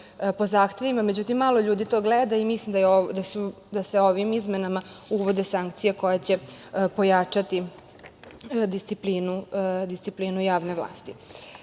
po zahtevima. Međutim, malo ljudi to gleda i mislim da se ovim izmenama uvode sankcije koje će pojačati disciplinu javne